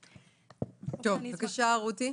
טוב, בבקשה רותי.